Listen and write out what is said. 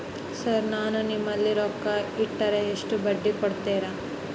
Sir ನಾನು ನಿಮ್ಮಲ್ಲಿ ರೊಕ್ಕ ಇಟ್ಟರ ಎಷ್ಟು ಬಡ್ಡಿ ಕೊಡುತೇರಾ?